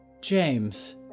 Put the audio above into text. James